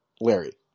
Larry